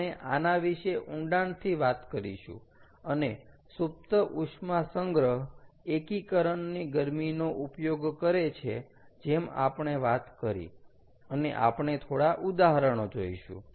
આપણે આના વિષે ઊંડાણથી વાત કરીશું અને સૂપ્ત ઉષ્મા સંગ્રહ એકીકરણ ની ગરમી નો ઉપયોગ કરે છે જેમ આપણે વાત કરી અને આપણે થોડા ઉદાહરણો જોઈશું